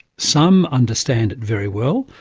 some understand it very well,